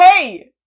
Hey